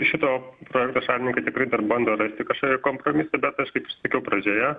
šito projekto savininkai tikrai dar bando rasti kažkokį kompromisą bet aš kaip ir sakiau pradžioje